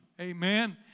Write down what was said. Amen